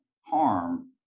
harm